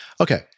Okay